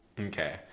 Okay